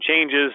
changes